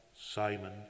Simon